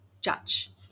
Judge